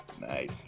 Nice